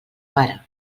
pare